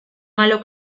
malo